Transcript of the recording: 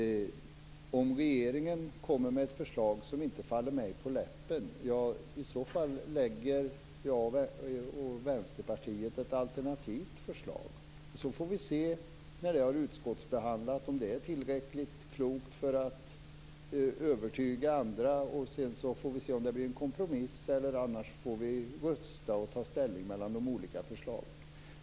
Om regeringen lägger fram ett förslag som inte faller mig på läppen, lägger jag och Vänsterpartiet fram ett alternativt förslag. Sedan får vi se efter utskottsbehandlingen om det är tillräckligt klokt för att övertyga andra, om det kan bli en kompromiss eller om vi måste rösta och ta ställning mellan olika förslag.